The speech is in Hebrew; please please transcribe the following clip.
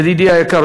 ידידי היקר,